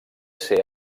ser